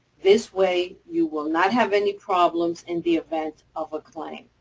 this way, you will not have any problems in the event of a claim.